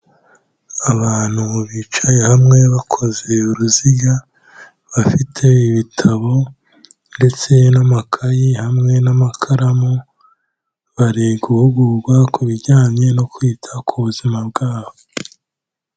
Abantu bicaye hamwe bakoze uruziga bafite ibitabo ndetse n'amakayi hamwe n'amakaramu, bari guhugurwa ku bijyanye no kwita ku buzima bwabo.